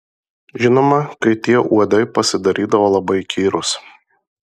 žinoma kai tie uodai pasidarydavo labai įkyrūs